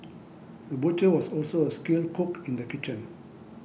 the butcher was also a skilled cook in the kitchen